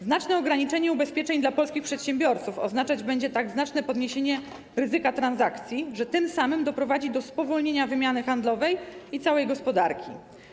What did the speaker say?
Znaczne ograniczenie ubezpieczeń dla polskich przedsiębiorców oznaczać będzie tak znaczne podniesienie ryzyka transakcji, że tym samym doprowadzi do spowolnienia wymiany handlowej i całej gospodarki.